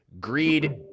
greed